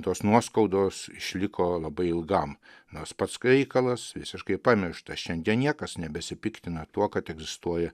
tos nuoskaudos išliko labai ilgam nors pats reikalas visiškai pamiršta šiandien niekas nebesipiktina tuo kad egzistuoja